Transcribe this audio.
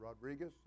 Rodriguez